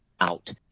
out